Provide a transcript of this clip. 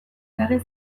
eragin